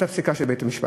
את הפסיקה של בית-המשפט.